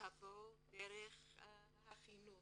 יבוא דרך החינוך.